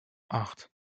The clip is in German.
acht